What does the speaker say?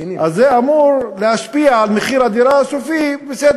אז זה אמור להשפיע על מחיר הדירה הסופי בסדר